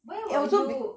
where were you